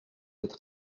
êtes